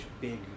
big